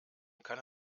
kann